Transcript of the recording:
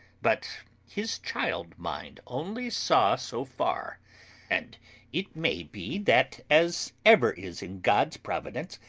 but his child-mind only saw so far and it may be that, as ever is in god's providence,